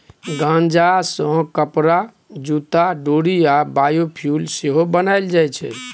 गांजा सँ कपरा, जुत्ता, डोरि आ बायोफ्युल सेहो बनाएल जाइ छै